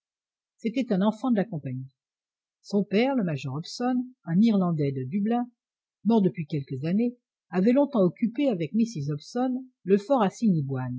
c'était un enfant de la compagnie son père le major hobson un irlandais de dublin mort depuis quelques années avait longtemps occupé avec mrs hobson le